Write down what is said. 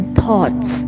thoughts